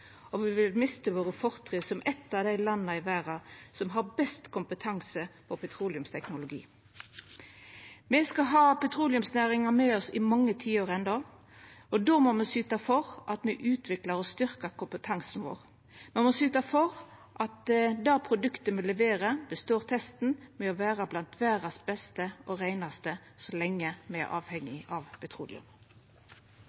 og me vil mista fortrinna våre som eit av dei landa i verda som har best kompetanse på petroleumsteknologi. Me skal ha petroleumsnæringa med oss i mange tiår enno, og då må me syta for at me utviklar og styrkjer kompetansen vår. Me må syta for at det produktet me leverer, består testen med å vera blant verdas beste og reinaste så lenge me er